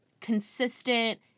consistent